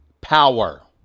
power